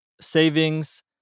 savings